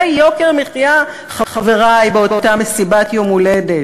זה יוקר מחיה, חברי באותה מסיבת יום הולדת.